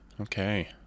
Okay